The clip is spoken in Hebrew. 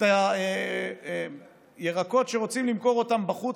את הירקות שרוצים למכור בחוץ,